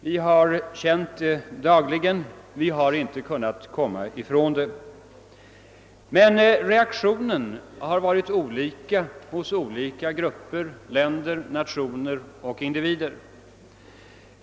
Vi har känt det dagligen, vi har inte kunnat komma ifrån känslan av betryck och oro. Men reaktionen har varit olika hos olika grupper, länder, nationer och individer.